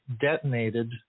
detonated